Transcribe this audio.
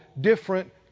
different